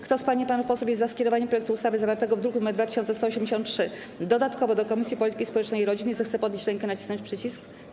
Kto z pań i panów posłów jest za skierowaniem projektu ustawy zawartego w druku nr 2183 dodatkowo do Komisji Polityki Społecznej i Rodziny, zechce podnieść rękę i nacisnąć przycisk.